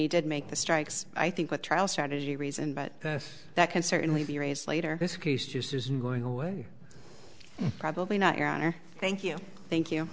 he did make the strikes i think with trial strategy reason but that can certainly be raised later this case just isn't going away probably not your honor thank you thank